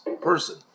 person